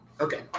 Okay